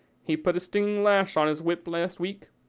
he put a stinging lash on his whip last week.